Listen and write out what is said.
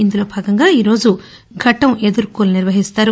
ఇందులో భాగంగా ఈరోజు ఘటం ఎదుర్కోలు నిర్వహిస్తారు